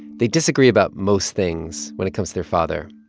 they disagree about most things when it comes to their father.